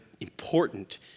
important